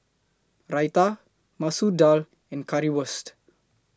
Raita Masoor Dal and Currywurst